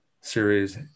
series